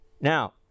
Now